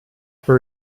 for